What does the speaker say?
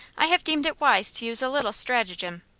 i have deemed it wise to use a little stratagem.